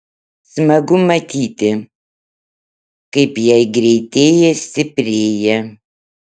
smagu matyti kaip jei greitėja stiprėja